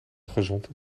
gezond